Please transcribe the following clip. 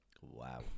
wow